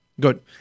Good